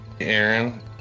Aaron